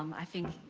um i think.